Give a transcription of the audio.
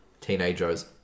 teenagers